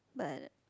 but